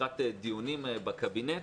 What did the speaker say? לקראת דיונים בקבינט,